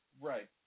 Right